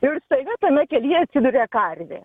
ir staiga tame kelyje atiduria karvė